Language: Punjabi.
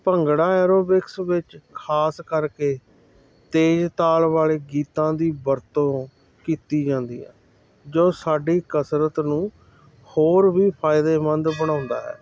ਭੰਗੜਾ ਐਰੋਬਿਕਸ ਵਿੱਚ ਖ਼ਾਸ ਕਰਕੇ ਤੇਜ਼ ਤਾਲ ਵਾਲੇ ਗੀਤਾਂ ਦੀ ਵਰਤੋਂ ਕੀਤੀ ਜਾਂਦੀ ਹੈ ਜੋ ਸਾਡੀ ਕਸਰਤ ਨੂੰ ਹੋਰ ਵੀ ਫ਼ਾਇਦੇਮੰਦ ਬਣਾਉਂਦਾ ਹੈ